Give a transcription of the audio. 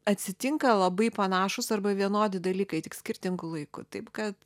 atsitinka labai panašūs arba vienodi dalykai tik skirtingu laiku taip kad